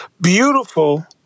beautiful